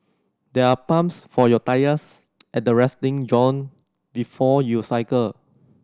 there are pumps for your tyres at the resting zone before you cycle